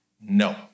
no